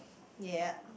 ya